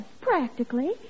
practically